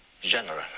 General